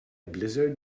blizzard